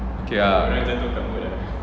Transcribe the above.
okay lah